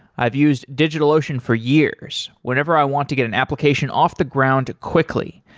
i've used digitalocean for years, whenever i want to get an application off the ground quickly.